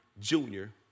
Junior